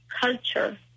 culture